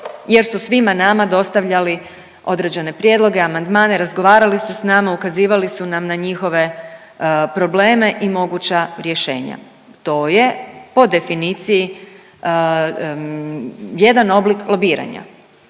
jer su svima nama dostavljali određene prijedloge, amandmane, razgovarali su sa nama, ukazivali su nam na njihove probleme i moguća rješenja. To je po definiciji jedan oblik lobiranja.